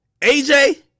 AJ